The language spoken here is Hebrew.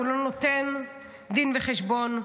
הוא לא נותן דין וחשבון,